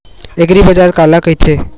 एग्रीबाजार काला कइथे?